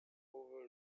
over